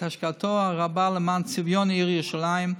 את השקעתו הרבה למען צביון העיר ירושלים,